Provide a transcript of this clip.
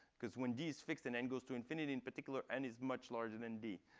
because when d is fixed and n goes to infinity, in particular, n is much larger than d,